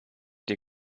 dir